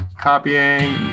Copying